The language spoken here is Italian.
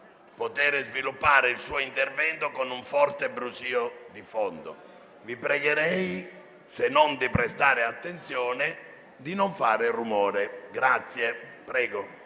poter sviluppare il suo intervento con un forte brusio di fondo. Vi pregherei, se non di prestare attenzione, almeno di non fare rumore. LA